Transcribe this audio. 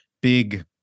big